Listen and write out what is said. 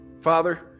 Father